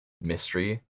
mystery